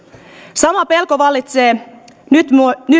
sama pelko vallitsee nyt